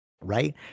right